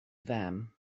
them